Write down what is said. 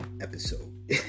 episode